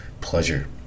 Pleasure